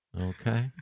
okay